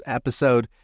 episode